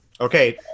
Okay